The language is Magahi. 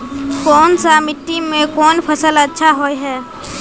कोन सा मिट्टी में कोन फसल अच्छा होय है?